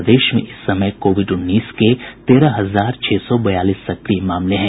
प्रदेश में इस समय कोविड उन्नीस के तेरह हजार छह सौ बयालीस सक्रिय मामले हैं